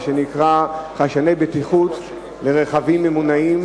מה שנקרא "חיישני בטיחות לרכבים ממונעים",